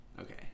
Okay